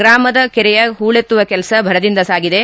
ಗ್ರಾಮದ ಕೆರೆಯ ಹೂಳಿತ್ತುವ ಕೆಲಸ ಭರದಿಂದ ಸಾಗಿದೆ